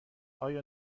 آیا